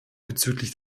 bezüglich